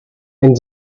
and